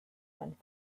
went